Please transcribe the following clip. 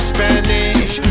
Spanish